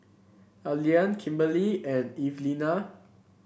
Allean Kimberely and Evelina